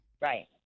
Right